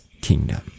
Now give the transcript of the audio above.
kingdom